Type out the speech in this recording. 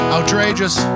Outrageous